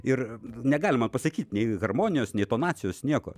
ir negalima pasakyt nei harmonijos nei tonacijos nieko